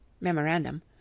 Memorandum